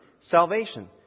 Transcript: salvation